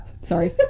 Sorry